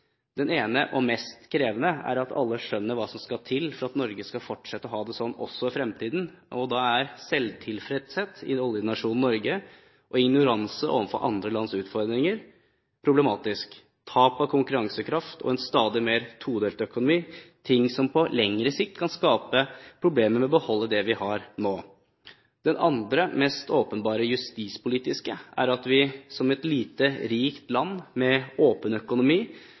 Den ene, og mest krevende, er at alle skjønner hva som skal til for at Norge skal fortsette å ha det slik også i fremtiden. Da er selvtilfredshet i oljenasjonen Norge og ignoranse overfor alle lands utfordringer problematisk. Tap av konkurransekraft og en stadig mer todelt økonomi er ting som på lengre sikt kan skape problemer med å beholde det vi har nå. Den andre, mest åpenbare justispolitiske utfordringen, er at vi, som et lite, rikt land med åpen økonomi,